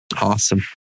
Awesome